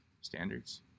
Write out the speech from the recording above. standards